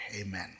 Amen